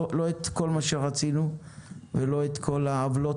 לא את כל מה שרצינו ולא תיקנו את כל העוולות,